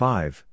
five